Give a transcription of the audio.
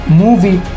movie